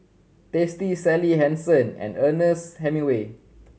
Tasty Sally Hansen and Ernest Hemingway